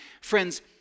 Friends